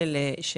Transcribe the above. של